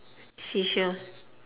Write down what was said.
seashell